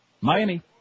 Miami